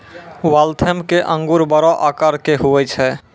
Waltham के अंगूर बड़ो आकार के हुवै छै